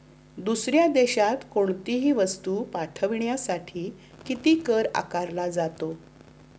दुसऱ्या देशात कोणीतही वस्तू पाठविण्यासाठी किती कर आकारला जातो?